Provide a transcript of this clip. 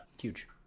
Huge